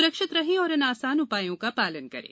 सुरक्षित रहें और इन आसान उपायों का पालन करें